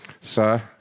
Sir